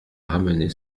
ramenait